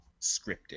scripted